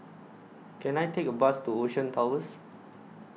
Can I Take A Bus to Ocean Towers